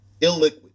illiquid